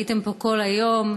הייתם פה כל היום,